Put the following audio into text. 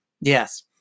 yes